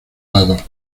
lados